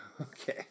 okay